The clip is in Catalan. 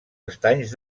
estanys